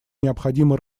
необходимо